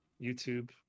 YouTube